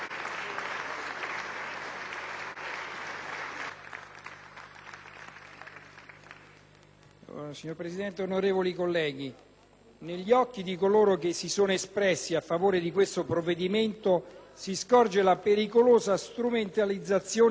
Signor Presidente, onorevoli colleghi, negli occhi di coloro che si sono espressi a favore di questo provvedimento, si scorge la pericolosa strumentalizzazione di una triste vicenda umana.